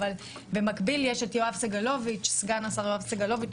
אבל במקביל יש את סגן השר יואב סגלוביץ'